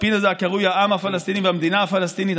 הספין הזה הקרוי העם הפלסטיני והמדינה הפלסטינית,